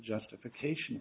justification